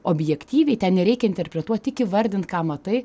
objektyviai ten nereikia interpretuot tik įvardint ką matai